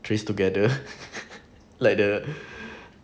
trace together like the